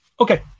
Okay